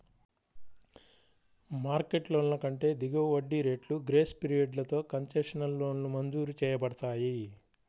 market లోన్ల కంటే దిగువ వడ్డీ రేట్లు, గ్రేస్ పీరియడ్లతో కన్సెషనల్ లోన్లు మంజూరు చేయబడతాయి